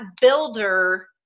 builder